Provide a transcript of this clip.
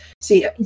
See